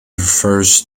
refers